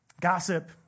Gossip